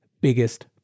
biggest